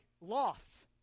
loss